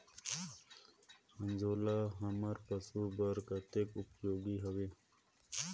अंजोला हमर पशु बर कतेक उपयोगी हवे?